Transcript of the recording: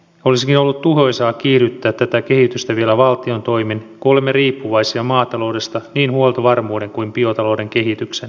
olisikin ollut tuhoisaa kiihdyttää tätä kehitystä vielä valtion toimin kun olemme riippuvaisia maataloudesta niin huoltovarmuuden kuin biotalouden kehityksen vuoksi